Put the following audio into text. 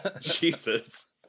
Jesus